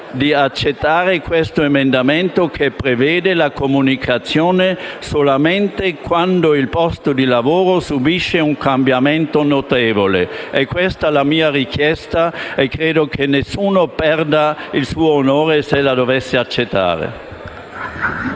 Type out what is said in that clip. di accettare il mio emendamento che prevede la comunicazione solamente quando il posto di lavoro subisce un cambiamento notevole. Questa è la mia richiesta e credo che nessuno perda il suo onore se la dovesse accettare.